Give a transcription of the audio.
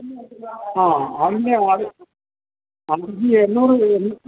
ആ ആടിൻ്റെ അത് ആ ഈ എണ്ണൂറ് രൂപ